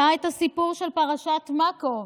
היה הסיפור של פרשת מקוב,